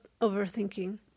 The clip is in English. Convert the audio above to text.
overthinking